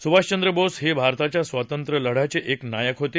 सुभाषचंद्र बोस हे भारताच्या स्वांतत्र्यलढ्याचे एक नायक होते